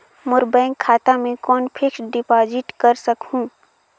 मोर bank खाता मे कौन फिक्स्ड डिपॉजिट कर सकहुं?